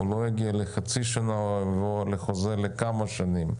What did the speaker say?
לא יגיע לחצי שנה אלא הוא עם חוזה לכמה שנים.